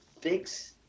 fix